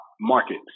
market